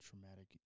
Traumatic